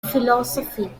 philosophy